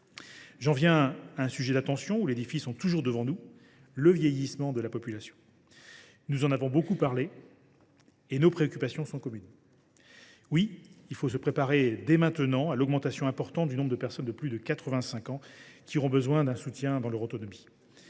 J’en viens à un sujet d’attention pour lequel les défis sont toujours devant nous : le vieillissement de la population. Nous en avons beaucoup parlé, et nos préoccupations sont communes. Oui, il faut se préparer dès maintenant à l’augmentation importante du nombre de personnes de plus de 85 ans qui auront besoin d’un soutien dans leur autonomie.